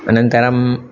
अनन्तरम्